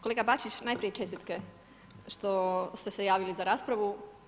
Kolega Bačić, najprije čestitke što ste se javili za raspravu.